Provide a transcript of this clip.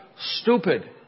stupid